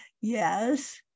yes